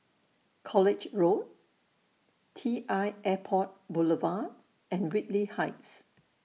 College Road T L Airport Boulevard and Whitley Heights